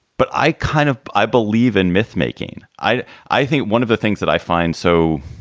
but i kind of i believe in mythmaking. i, i think one of the things that i find so